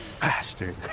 bastard